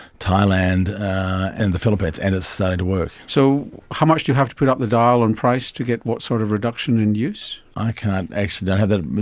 thailand and the philippines, and it's starting to work. so how much do you have to put up the dial on price to get what sort of reduction in use? i actually don't have that,